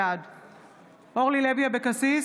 בעד אורלי לוי אבקסיס,